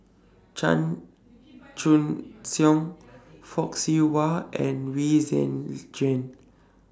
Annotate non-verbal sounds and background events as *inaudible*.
Chan Chun Song Fock Siew Wah and We *unintelligible* Jane